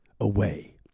away